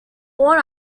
horn